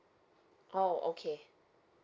oh okay